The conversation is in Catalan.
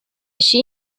així